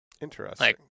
Interesting